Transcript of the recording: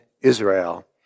Israel